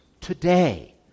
today